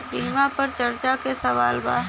बीमा पर चर्चा के सवाल बा?